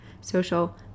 social